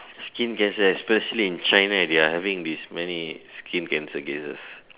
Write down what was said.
skin cancer especially in China they are having this many skin cancer cases